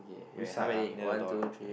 which side ah near the door right